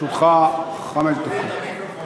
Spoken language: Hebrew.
לרשותך חמש דקות.